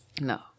No